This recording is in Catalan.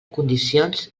condicions